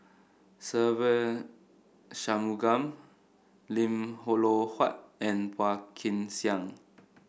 Se Ve Shanmugam Lim Huat and Phua Kin Siang